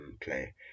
play